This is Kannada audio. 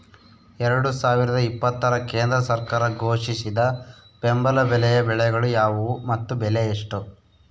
ಎರಡು ಸಾವಿರದ ಇಪ್ಪತ್ತರ ಕೇಂದ್ರ ಸರ್ಕಾರ ಘೋಷಿಸಿದ ಬೆಂಬಲ ಬೆಲೆಯ ಬೆಳೆಗಳು ಯಾವುವು ಮತ್ತು ಬೆಲೆ ಎಷ್ಟು?